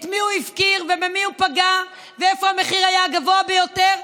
את מי הוא הפקיר ובמי הוא פגע ואיפה המחיר היה הגבוה ביותר?